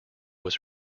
was